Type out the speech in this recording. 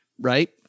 right